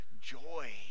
joy